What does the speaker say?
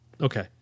okay